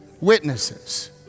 Witnesses